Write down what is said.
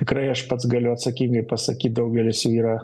tikrai aš pats galiu atsakingai pasakyt daugelis jų yra